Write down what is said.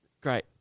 great